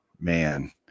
Man